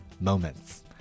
moments